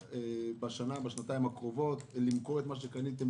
בשנתיים הקרובות למכור את מה שקניתם?